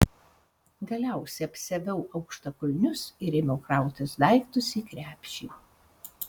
galiausiai apsiaviau aukštakulnius ir ėmiau krautis daiktus į krepšį